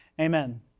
amen